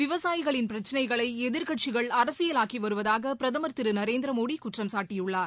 விவசாயிகளின் பிரச்சினைகளை எதிர்க்கட்சிகள் அரசியலாக்கி வருவதாக பிரதமர் திரு நரேந்திர மோடி குற்றம் சாட்டியுள்ளார்